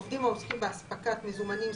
עובדים העוסקים באספקת מזומנים,